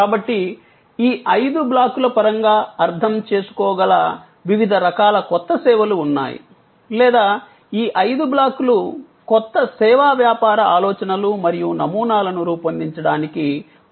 కాబట్టి ఈ ఐదు బ్లాకుల పరంగా అర్థం చేసుకోగల వివిధ రకాల కొత్త సేవలు ఉన్నాయి లేదా ఈ ఐదు బ్లాక్లు కొత్త సేవా వ్యాపార ఆలోచనలు మరియు నమూనాలను రూపొందించడానికి మనకి సహాయపడతాయి